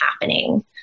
happening